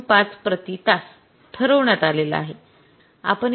१ महिन्यादरम्यान प्रत्यक्षात ५० कामगार कामावर होते